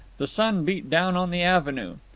the sun beat down on the avenue.